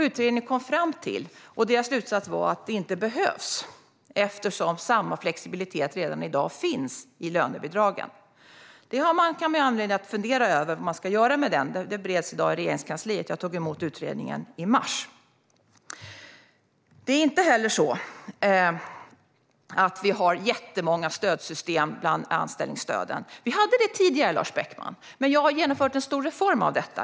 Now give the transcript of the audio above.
Utredningens slutsats var att flexjobb inte behövs, eftersom samma flexibilitet finns redan i dag i lönebidragen. Det kan finnas anledning att fundera över vad man ska göra med dem, och det bereds i dag i Regeringskansliet. Jag tog emot resultatet från utredningen i mars. Det är inte heller på det sättet att vi har jättemånga stödsystem bland anställningsstöden. Vi hade det tidigare, Lars Beckman. Men jag har genomfört en stor reform av det.